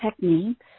techniques